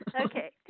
Okay